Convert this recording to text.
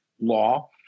law